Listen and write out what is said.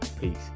Peace